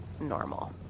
normal